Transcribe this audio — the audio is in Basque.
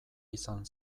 izan